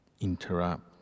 interrupt